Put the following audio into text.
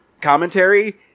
commentary